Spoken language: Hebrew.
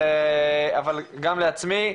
אבל גם לעצמי,